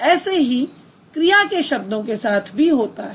ऐसे ही क्रिया शब्दों के साथ भी होता है